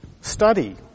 Study